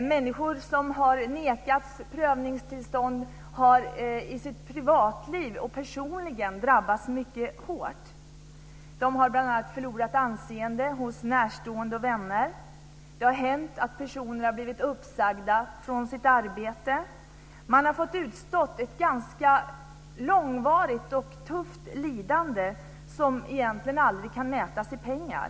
Människor som nekats prövningstillstånd har personligen, i sitt privatliv, drabbats mycket hårt. De har bl.a. förlorat anseende hos närstående och vänner. Det har hänt att personer har blivit uppsagda från sitt arbete. Man har fått utstå ett långvarigt och tufft lidande som egentligen aldrig kan mätas i pengar.